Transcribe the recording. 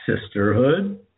sisterhood